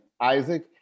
Isaac